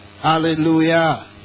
Hallelujah